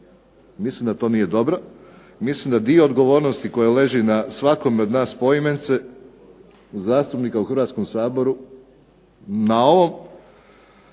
Mislim da to nije dobro i mislim da dio odgovornosti koja leži na svakome od nas poimence, zastupnika u Hrvatskom saboru, na ovom